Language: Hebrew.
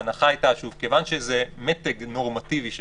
ההנחה הייתה שמכיוון שזה מתג נורמטיבי כזה,